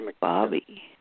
Bobby